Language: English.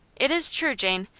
it is true, jane.